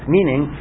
Meaning